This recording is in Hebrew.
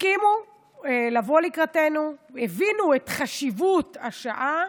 הסכימו לבוא לקראתנו, הבינו את חשיבות השעה,